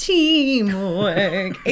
Teamwork